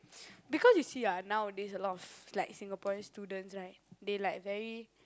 because you see ah nowadays a lot of like Singaporean students right they like very